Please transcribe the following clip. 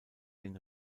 den